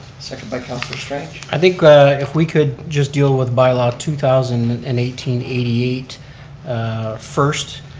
second by councillor strange. i think if we could just deal with bylaw two thousand and eighteen eighty eight first,